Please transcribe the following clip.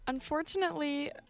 Unfortunately